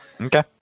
Okay